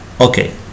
Okay